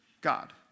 God